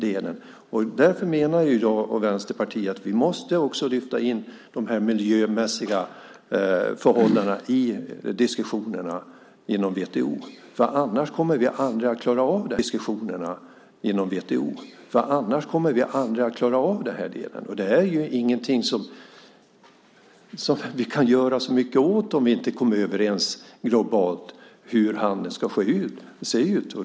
Därför menar jag och Vänsterpartiet att vi måste rikta in de miljömässiga förhållandena i diskussionerna inom WTO, för annars kommer vi aldrig att klara av det. Det är ingenting som vi kan göra så mycket åt om vi inte kommer överens globalt om hur handeln ska se ut.